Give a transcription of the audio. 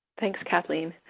thanks, kathleen.